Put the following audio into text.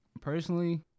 personally